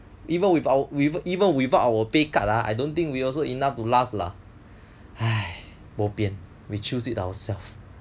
even without our pay cut ah I don't think we also enough to last lah bo pian we choose it ourself